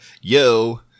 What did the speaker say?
Yo